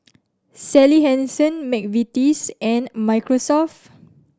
Sally Hansen McVitie's and Microsoft